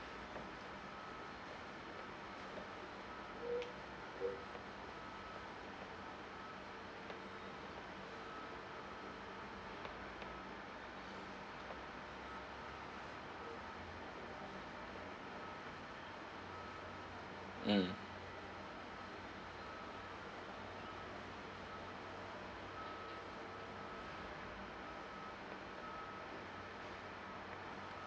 mm